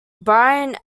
brian